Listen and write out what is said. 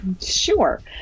Sure